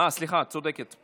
מתן זכות לעבודה חלקית),